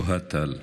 אוהד טל.